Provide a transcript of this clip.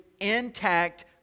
intact